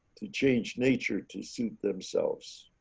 to change nature to suit themselves.